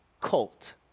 colt